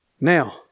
Now